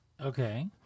Okay